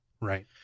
right